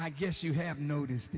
i guess you have noticed